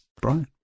Brian